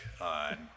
on